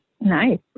Nice